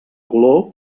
color